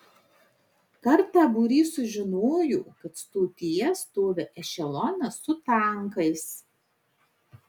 kartą būrys sužinojo kad stotyje stovi ešelonas su tankais